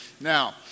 Now